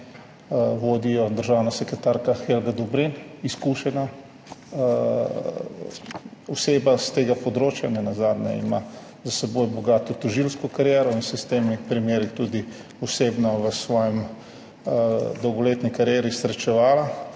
Vodi jo državna sekretarka Helga Dobrin, izkušena oseba s tega področja, nenazadnje ima za seboj bogato tožilsko kariero in se je s temi primeri tudi osebno v svoji dolgoletni karieri srečevala.